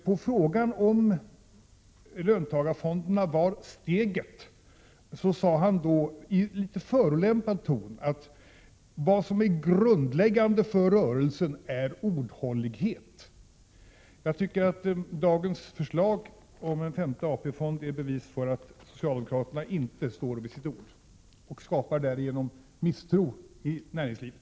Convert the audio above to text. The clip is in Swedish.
På frågan om löntagarfonderna var steget sade han då, i en litet förolämpad ton: Vad som är grundläggande för rörelsen är ordhållighet. Jag tycker att dagens förslag om en femte AP-fond är bevis för att socialdemokraterna inte står vid sitt ord och att de därigenom skapar misstro i näringslivet.